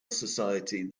society